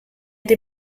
des